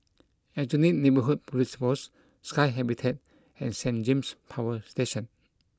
Aljunied Neighbourhood Police Post Sky Habitat and Saint James Power Station